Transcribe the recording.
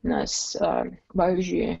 nes pavyzdžiui